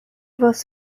was